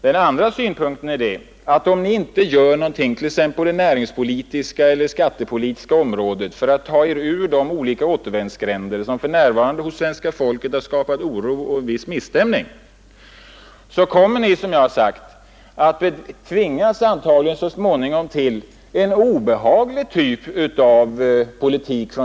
Den andra synpunkten är, att om Ni inte gör någonting, t.ex. på det näringspolitiska eller skattepolitiska området för att ta Er ur de olika återvändsgränder som hos svenska folket har skapat en oro och misstämning, så kommer Ni, som jag har sagt, att så småningom antagligen tvingas till en obehaglig typ av politik.